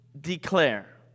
declare